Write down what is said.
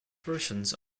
versions